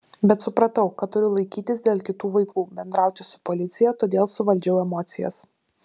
bet supratau kad turiu laikytis dėl kitų vaikų bendrauti su policija todėl suvaldžiau emocijas